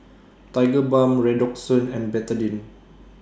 Tigerbalm Redoxon and Betadine